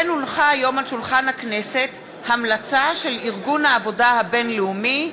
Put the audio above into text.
כן הונחה היום על שולחן הכנסת המלצה של ארגון העבודה הבין-לאומי,